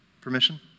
Permission